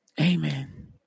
Amen